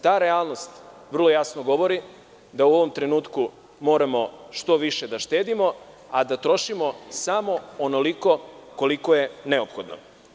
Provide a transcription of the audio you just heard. Ta realnost vrlo jasno govori da u ovom trenutku moramo što više da štedimo, a da trošimo samo onoliko, koliko je neophodno.